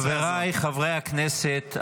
חבריי חברי הכנסת,